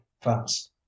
fast